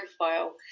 profile